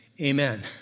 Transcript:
amen